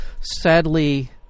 sadly